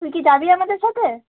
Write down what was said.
তুই কি যাবি আমাদের সাথে